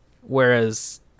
Whereas